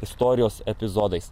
istorijos epizodais